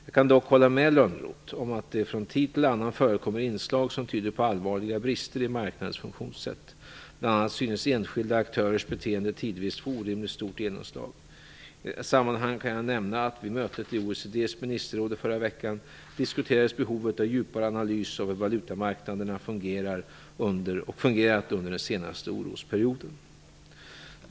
Jag kan dock hålla med Lönnroth om att det från tid till annan förekommer inslag som tyder på allvarliga brister i marknadens funktionssätt - bl.a. synes enskilda aktörers beteende tidvis få orimligt stort genomslag. I detta sammanhang kan jag nämna att behovet av djupare analys av hur valutamarknaderna fungerat under den senaste orosperioden diskuterades vid mötet i OECD:s ministerråd förra veckan.